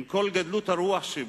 עם כל גדלות הרוח שבו,